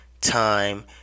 time